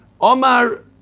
Omar